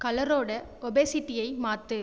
கலரோடய ஒப்பேசிட்டியை மாற்று